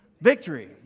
Victory